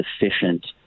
efficient